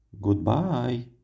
Goodbye